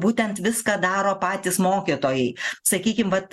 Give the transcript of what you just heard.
būtent viską daro patys mokytojai sakykim vat